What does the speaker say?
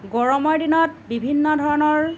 গৰমৰ দিনত বিভিন্ন ধৰণৰ